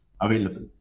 available